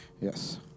Yes